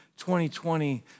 2020